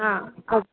ஆ ஆ